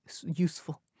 useful